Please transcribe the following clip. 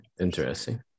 Interesting